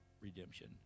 redemption